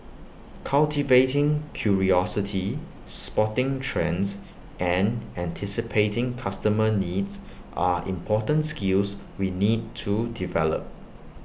cultivating curiosity spotting trends and anticipating customer needs are important skills we need to develop